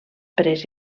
pres